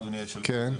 אדוני יושב הראש,